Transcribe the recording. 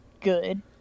good